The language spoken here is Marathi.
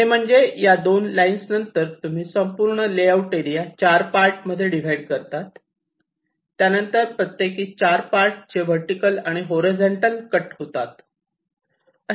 हे म्हणजे या 2 लाइन्स नंतर तुम्ही संपूर्ण लेआउट एरिया चार पार्ट मध्ये डिव्हाइड करतात त्यानंतर प्रत्येकी चार पार्ट चे वर्टीकल आणि हॉरिझॉन्टल कट होतात